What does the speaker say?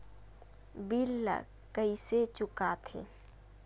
bill ला कइसे चुका थे